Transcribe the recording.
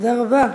תודה רבה.